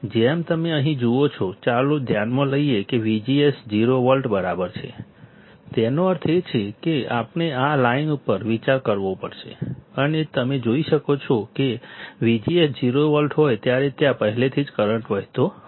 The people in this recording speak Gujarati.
જેમ તમે અહીં જુઓ છો ચાલો ધ્યાનમાં લઈએ કે VGS 0 વોલ્ટ બરાબર છે તેનો અર્થ એ છે કે આપણે આ લાઈન ઉપર વિચાર કરવો પડશે અને તમે જોઈ શકશો કે VGS 0 વોલ્ટ હોય ત્યારે ત્યાં પહેલેથી જ કરંટ વહેતો હોય છે